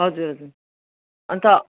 हजुर हजुर अन्त